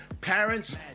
Parents